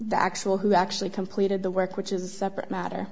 the actual who actually completed the work which is a separate matter